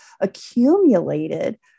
accumulated